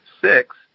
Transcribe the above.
six